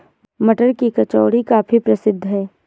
मटर की कचौड़ी काफी प्रसिद्ध है